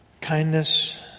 Kindness